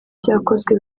byakozwe